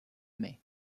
mai